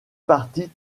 partie